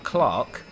Clark